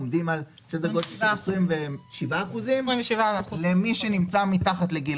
עומדים על סדר גודל של 27% למי שנמצא מתחת לגיל